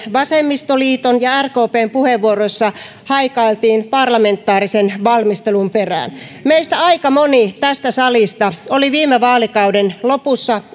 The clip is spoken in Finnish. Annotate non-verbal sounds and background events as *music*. vasemmistoliiton että rkpn puheenvuoroissa haikailtiin parlamentaarisen valmistelun perään meistä aika moni tästä salista oli viime vaalikauden lopussa *unintelligible*